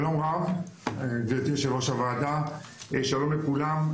שלום רב גבירתי יושבת ראש הוועדה, שלום לכולם.